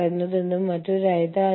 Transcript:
അതിനാൽ അത് ബഹുരാഷ്ട്രമാണ്